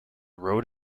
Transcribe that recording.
road